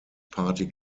party